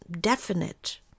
definite